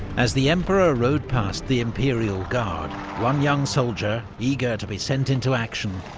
as the emperor rode past the imperial guard, one young soldier, eager to be sent into action,